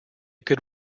could